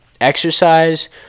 exercise